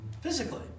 physically